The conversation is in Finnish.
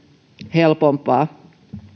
helpompaa on